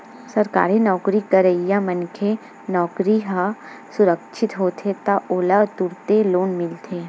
सरकारी नउकरी करइया मनखे के नउकरी ह सुरक्छित होथे त ओला तुरते लोन मिलथे